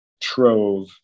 trove